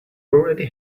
already